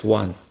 one